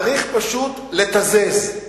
צריך פשוט לתזז.